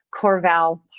Corval